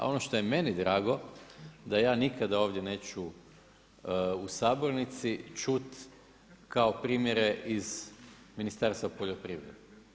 A ono što je meni drago da ja nikada ovdje neću u sabornici čuti kao primjere iz Ministarstva poljoprivrede.